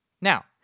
Now